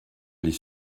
les